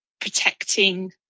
protecting